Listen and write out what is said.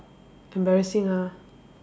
embarrassing ah